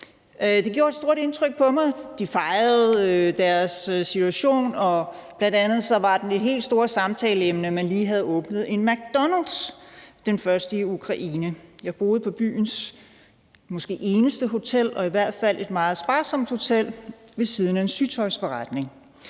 Det gjorde et stort indtryk på mig. De fejrede deres situation, og bl.a. var det helt store samtaleemne, at man lige havde åbnet en McDonald's – den første i Ukraine. Jeg boede på byens måske eneste hotel, i hvert fald et meget sparsomt hotel, ved siden af en sytøjsforretning.